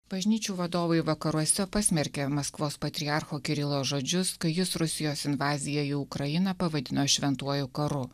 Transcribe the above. bažnyčių vadovai vakaruose pasmerkė maskvos patriarcho kirilo žodžius kai jis rusijos invaziją į ukrainą pavadino šventuoju karu